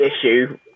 issue